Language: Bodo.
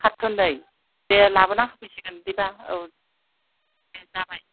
कार्टननै दे लाबोना होफैसिगोन बिदिब्ला औ दे जाबाय